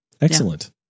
Excellent